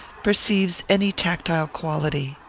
perceives any tactile quality.